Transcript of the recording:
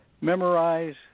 memorize